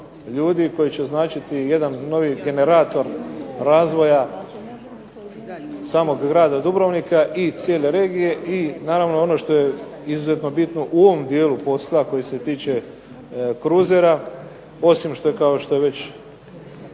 koji će značiti jedan novi generator razvoja samog grada Dubrovnika i cijele regije. I naravno ono što je izuzetno bitno u ovom dijelu posla koji se tiče kruzera osim što je, kao što je